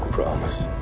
Promise